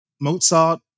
Mozart